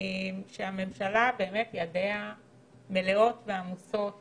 שהממשלה באמת ידיה מלאות ועמוסות